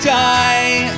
die